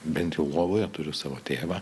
bent jau lovoje turiu savo tėvą